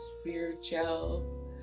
spiritual